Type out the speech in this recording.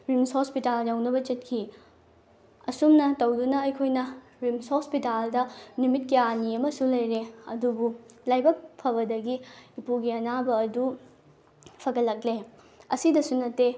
RIMS hospital ꯌꯧꯅꯕ ꯆꯠꯈꯤ ꯑꯁꯨꯝꯅ ꯇꯧꯗꯨꯅ ꯑꯩꯈꯣꯏꯅ ꯔꯤꯝꯁ ꯍꯣꯁꯄꯤꯇꯥꯜꯗ ꯅꯨꯃꯤꯠ ꯀꯌꯥꯅꯤ ꯑꯃꯁꯨ ꯂꯩꯔꯦ ꯑꯗꯨꯕꯨ ꯂꯥꯏꯕꯛ ꯐꯕꯗꯒꯤ ꯄꯨꯄꯨꯒꯤ ꯑꯅꯥꯕ ꯑꯗꯨ ꯐꯒꯠꯂꯛꯂꯦ ꯑꯁꯤꯗꯁꯨ ꯅꯠꯇꯦ